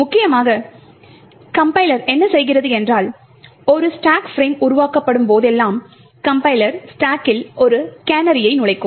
முக்கியமாக கம்பைலர் என்ன செய்கிறது என்றால் ஒரு ஸ்டேக் ஃபிரேம் உருவாக்கப்படும் போதெல்லாம் கம்பைலர் ஸ்டாக்கில் ஒரு கேனரியை நுழைக்கும்